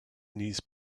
knees